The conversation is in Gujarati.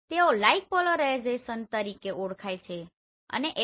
તેઓ લાઈક પોલરાઇઝેશન તરીકે ઓળખાય છે અને HV